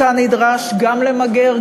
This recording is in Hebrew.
ואותה נדרש גם למגר,